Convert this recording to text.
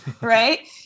right